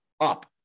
up